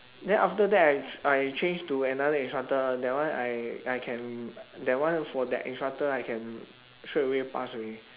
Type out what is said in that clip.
then after that I I change to another instructor that one I I can that one for that instructor I can straight away pass already